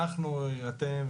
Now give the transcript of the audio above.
אתם,